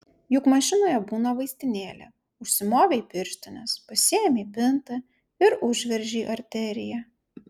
juk mašinoje būna vaistinėlė užsimovei pirštines pasiėmei bintą ir užveržei arteriją